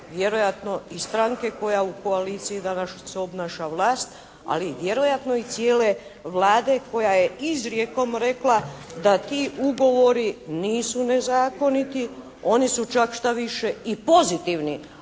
vjerojatno i stranke koja u koaliciji danas obnaša vlast. Ali vjerojatno i cijele Vlade koja je izrijekom rekla da ti ugovori nisu nezakoniti. Oni su čak štaviše i pozitivni.